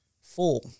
four